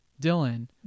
Dylan